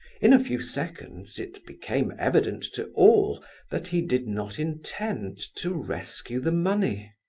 in a few seconds it became evident to all that he did not intend to rescue the money.